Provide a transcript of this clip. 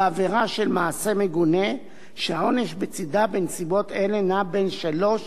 שהעונש בצדה בנסיבות אלה נע בין שלוש לעשר שנות מאסר.